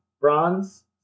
bronze